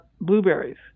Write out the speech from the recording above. blueberries